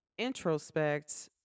introspect